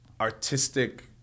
artistic